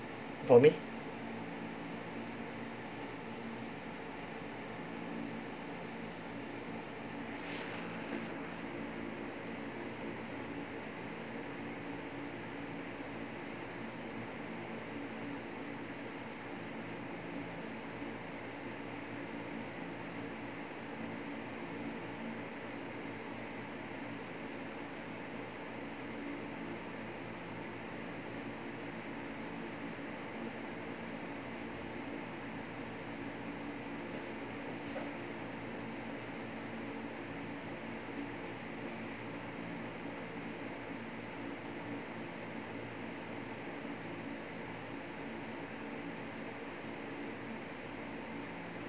for me